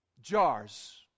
jars